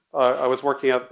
i was working